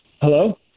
Hello